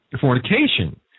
fornication